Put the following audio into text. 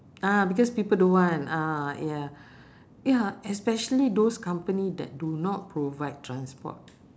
ah because people don't want ah ya ya especially those company that do not provide transport